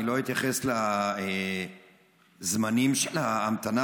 אני לא אתייחס לזמני ההמתנה,